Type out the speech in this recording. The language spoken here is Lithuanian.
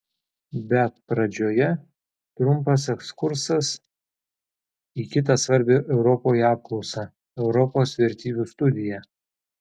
bet pradžioje trumpas ekskursas į kitą svarbią europoje apklausą europos vertybių studiją